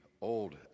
old